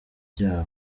cyabo